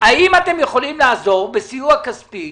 האם אתם יכולים לעזור למאפייה בסיוע כספי